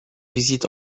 visite